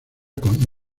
con